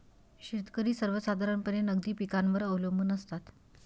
शेतकरी सर्वसाधारणपणे नगदी पिकांवर अवलंबून असतात